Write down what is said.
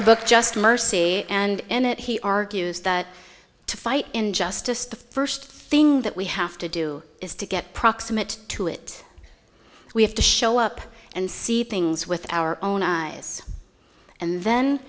the book just mercy and it he argues that to fight injustice the first thing that we have to do is to get proximate to it we have to show up and see things with our own eyes and then